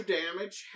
damage